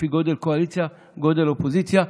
לפי גודל קואליציה וגודל אופוזיציה.